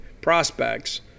prospects